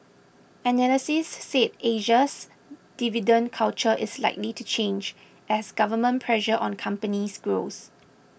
analysts said Asia's dividend culture is likely to change as government pressure on companies grows